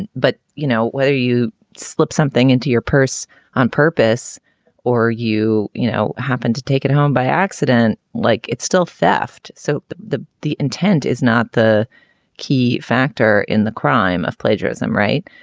and but you know, whether you slip something into your purse on purpose or, you you know, happened to take it home by accident like it's still theft. so the the intent is not the key factor in the crime of plagiarism. right.